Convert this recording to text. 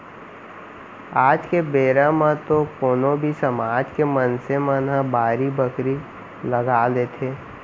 आज के बेरा म तो कोनो भी समाज के मनसे मन ह बाड़ी बखरी लगा लेथे